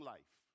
Life